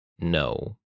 No